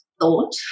thought